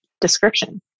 description